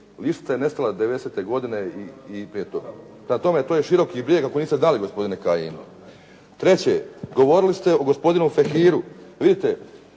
Lištica je nestala 90. godine. Prema tome, to je Široki brijeg ako niste znali gospodine Kajin. Treće, govorili ste o gospodinu Fehiru. Vidite,